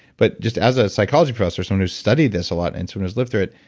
but just as a psychology professor, someone whose studied this a lot and someone whose lived through it,